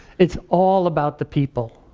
it's all about the people.